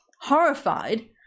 horrified